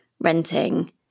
Renting